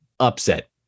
Upset